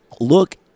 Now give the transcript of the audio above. look